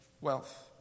wealth